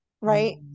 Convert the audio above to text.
right